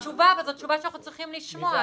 זו תשובה וזו תשובה שאנחנו צריכים לשמוע,